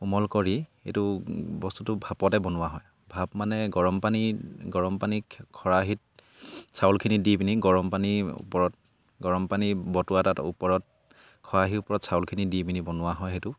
কোমল কৰি সেইটো বস্তুটো ভাপতে বনোৱা হয় ভাপ মানে গৰম পানী গৰম পানীত খৰাহিত চাউলখিনি দি পিনি গৰম পানীৰ ওপৰত গৰম পানী বটুৱা এটাত ওপৰত খৰাহিৰ ওপৰত চাউলখিনি দি পিনি বনোৱা হয় সেইটো